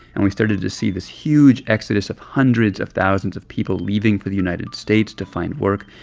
and we started to see this huge exodus of hundreds of thousands of people leaving for the united states to find work,